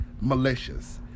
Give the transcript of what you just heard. malicious